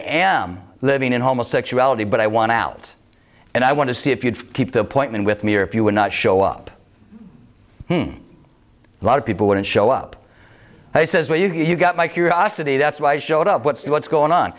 am living in homosexuality but i want out and i want to see if you keep the appointment with me or if you would not show up a lot of people wouldn't show up he says well you got my curiosity that's why i showed up what's the what's going on